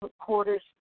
reporters